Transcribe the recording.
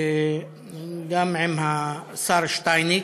גם עם השר שטייניץ,